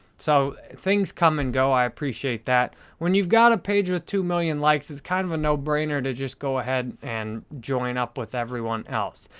so things come and go. i appreciate that. when you've got a page with two million likes, it's kind of a no-brainer to just go ahead and join up with everyone else.